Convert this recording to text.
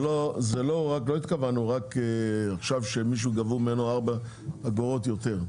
לא התכוונו רק שגבו למישהו ארבע אגורות יותר,